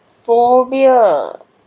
phobia